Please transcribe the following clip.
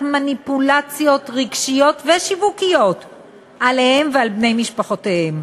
מניפולציות רגשיות ושיווקיות עליהם ועל בני משפחותיהם.